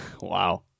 Wow